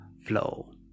flow